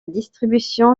distribution